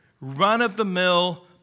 run-of-the-mill